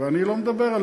ואני לא מדבר על